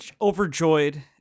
overjoyed